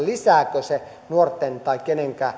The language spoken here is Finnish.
lisääkö se nuorten tai kenenkään